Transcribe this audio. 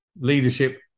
leadership